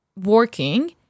working